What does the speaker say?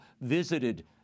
visited